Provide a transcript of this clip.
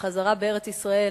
בחזרה בארץ-ישראל,